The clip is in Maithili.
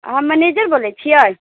अहाँ मैनेजर बोलै छियै